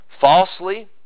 falsely